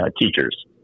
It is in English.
teachers